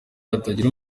hatagira